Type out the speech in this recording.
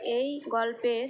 এই গল্পের